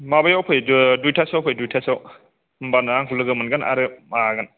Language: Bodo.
माबायाव फै दुइतासोआव फै दुइतासोआव होमबाना आंखौ लोगो मोनगोन आरो माबागोन